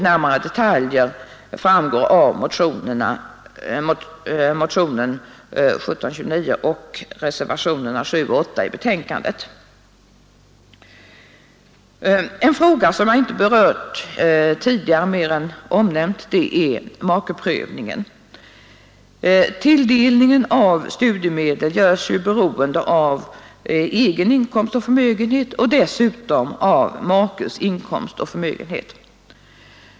Närmare detaljer framgår av motionen 1729 och reservationerna 7 och 8 till betänkandet. En fråga som jag inte berört tidigare mer än att jag nämnt den gäller makeprövningen. Tilldelningen av studiemedel görs ju beroende av egen inkomst och förmögenhet och av makes inkomst och förmögenhet.